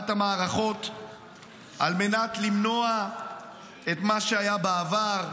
המערכות על מנת למנוע את מה שהיה בעבר,